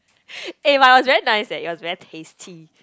eh but it was very nice eh it was very tasty